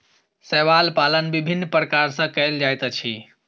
शैवाल पालन विभिन्न प्रकार सॅ कयल जाइत अछि